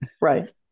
Right